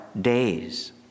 days